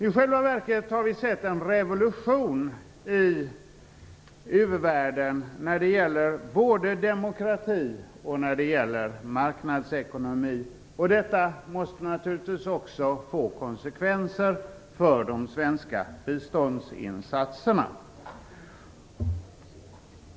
I själva verket har vi sett en revolution i u-världen när det gäller både demokrati och marknadsekonomi. Detta måste naturligtvis också få konsekvenser för de svenska biståndsinsatserna.